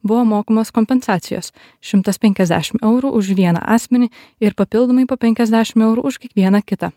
buvo mokamos kompensacijos šimtas penkiasdešim eurų už vieną asmenį ir papildomai po penkiasdešim eurų už kiekvieną kitą